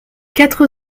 quatre